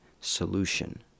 solution